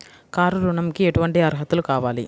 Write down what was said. Car ఋణంకి ఎటువంటి అర్హతలు కావాలి?